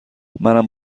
منم